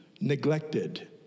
neglected